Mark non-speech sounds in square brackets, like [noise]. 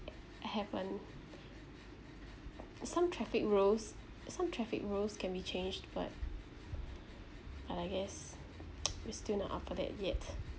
[noise] happen [noise] some traffic rules some traffic rules can be changed but but I guess [noise] we still not up to that yet